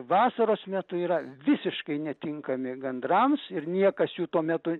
vasaros metu yra visiškai netinkami gandrams ir niekas jų tuo metu